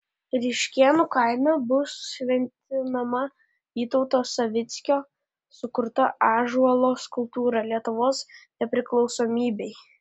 ryškėnų kaime bus šventinama vytauto savickio sukurta ąžuolo skulptūra lietuvos nepriklausomybei